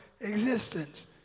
existence